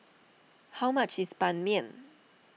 how much is Ban Mian